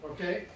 Okay